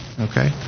Okay